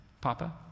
Papa